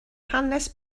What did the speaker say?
hanes